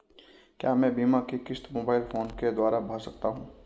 क्या मैं बीमा की किश्त मोबाइल फोन के द्वारा भर सकता हूं?